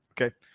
Okay